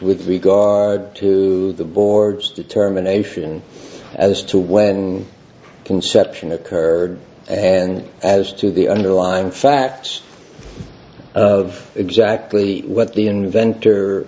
with regard to the board's determination as to when conception occurred and as to the underlying facts of exactly what the inventor